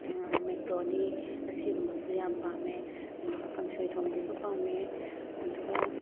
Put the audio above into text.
macaroni ꯑꯁꯤꯒꯨꯝꯕꯁꯨ ꯌꯥꯝ ꯄꯥꯝꯃꯦ ꯑꯗꯨꯒ ꯀꯥꯡꯁꯣꯏ ꯊꯣꯡꯕꯁꯨ ꯄꯥꯝꯃꯦ ꯑꯗꯨꯒ